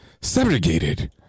subjugated